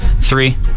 Three